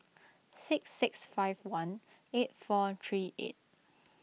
six six five one eight four three eight